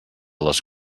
les